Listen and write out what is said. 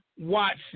Watson